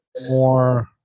more